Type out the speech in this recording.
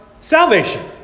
salvation